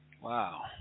Wow